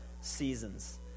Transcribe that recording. seasons